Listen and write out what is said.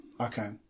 Okay